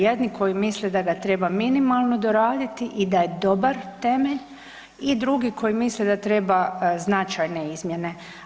Jedni koji misle da ga treba minimalno doraditi i da je dobar temelj i drugi koji misle da treba značajne izmjene.